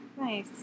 Nice